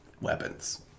weapons